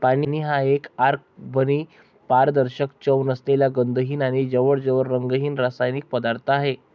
पाणी हा एक अकार्बनी, पारदर्शक, चव नसलेला, गंधहीन आणि जवळजवळ रंगहीन रासायनिक पदार्थ आहे